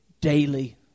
daily